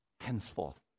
henceforth